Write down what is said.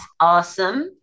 awesome